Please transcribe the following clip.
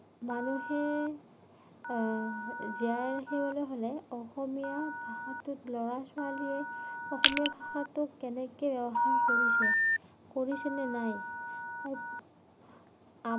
মানুহে জীয়াই ৰাখিবলৈ হ'লে অসমীয়া ভাষাটোক ল'ৰা ছোৱালীয়ে অসমীয়া ভাষাটোক কেনেকৈ ৰক্ষা কৰিছে কৰিছেনে নাই